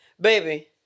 Baby